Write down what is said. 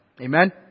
Amen